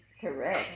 Correct